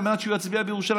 על מנת שהוא יצביע בירושלים.